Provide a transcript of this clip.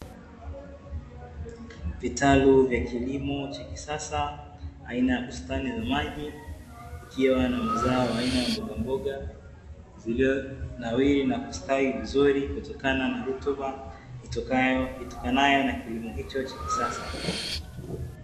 Vitalu vya kilimo cha kisasa aina ya bustani ya maji ikiwa na mazao aina ya mboga mboga zilizonawiri na kustawi vizuri kutokana na rutuba itokanayo na kilimo hicho cha kisasa.